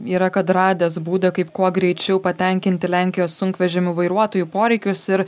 yra kad radęs būdą kaip kuo greičiau patenkinti lenkijos sunkvežimių vairuotojų poreikius ir